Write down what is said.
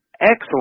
excellent